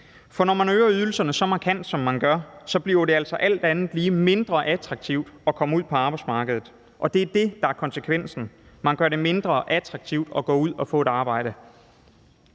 For når man øger ydelserne så markant, som man gør, bliver det altså alt andet lige mindre attraktivt at komme ud på arbejdsmarkedet. Det er det, der er konsekvensen: Man gør det mindre attraktivt at gå ud og få et arbejde.